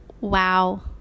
wow